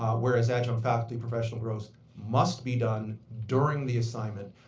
whereas adjunct faculty professional growths must be done during the assignment.